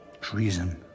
Treason